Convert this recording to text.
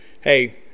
hey